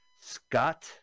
Scott